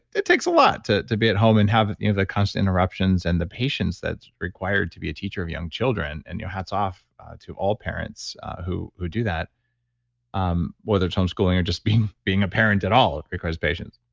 it takes a lot to to be at home and have you know the constant interruptions and the patience that's required to be a teacher of young children and hats off to all parents who who do that um whether it's homeschooling or just being being a parent at all requires patience.